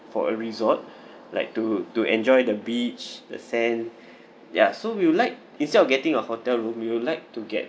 for a resort like to to enjoy the beach the sand yeah so we would like instead of getting a hotel room you would like to get